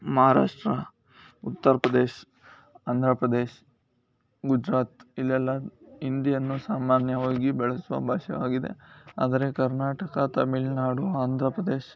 ಮಹಾರಾಷ್ಟ್ರ ಉತ್ತರ್ ಪ್ರದೇಶ್ ಆಂಧ್ರ ಪ್ರದೇಶ್ ಗುಜರಾತ್ ಇಲ್ಲೆಲ್ಲ ಹಿಂದಿಯನ್ನು ಸಾಮಾನ್ಯವಾಗಿ ಬಳಸುವ ಭಾಷೆಯಾಗಿದೆ ಆದರೆ ಕರ್ನಾಟಕ ತಮಿಳ್ ನಾಡು ಆಂಧ್ರ ಪ್ರದೇಶ್